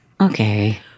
Okay